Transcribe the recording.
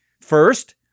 First